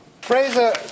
Fraser